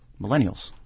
millennials